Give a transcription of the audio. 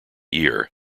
year